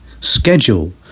Schedule